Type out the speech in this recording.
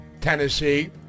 Tennessee